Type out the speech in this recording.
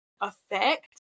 effect